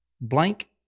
blank